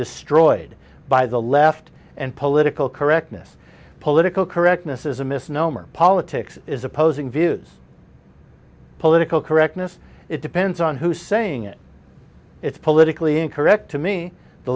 destroyed by the left and political correctness political correctness is a misnomer politics is opposing views political correctness it depends on who's saying it it's politically incorrect to me the